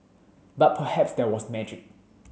but perhaps there was magic